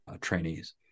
trainees